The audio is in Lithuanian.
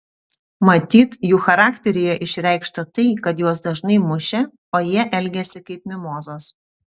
matyt jų charakteryje išreikšta tai kad juos dažnai mušė o jie elgėsi kaip mimozos